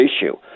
issue